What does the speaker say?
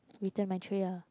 return my tray ah